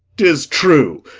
tis true.